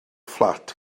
fflat